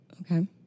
Okay